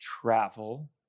travel